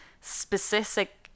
specific